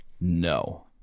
No